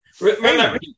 Remember